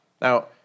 Now